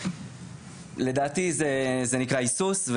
לדעתי זה נקרא היסוס,